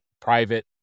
private